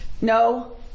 No